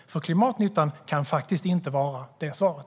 Klimatnyttan kan faktiskt inte vara svaret.